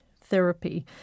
therapy